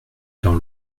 dans